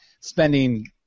spending